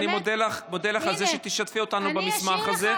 אני מודה לך על זה שתשתפי אותנו במסמך הזה.